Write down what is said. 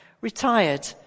retired